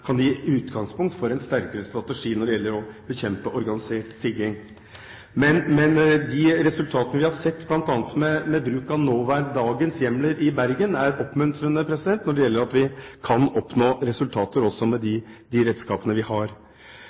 kan gi utgangspunkt for en sterkere strategi når det gjelder å bekjempe organisert tigging. Men de resultatene vi har sett, bl.a. med bruk av dagens hjemler i Bergen, er oppmuntrende med tanke på at vi kan oppnå resultater også med de redskapene vi har.